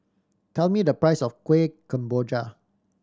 tell me the price of Kuih Kemboja